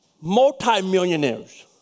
multi-millionaires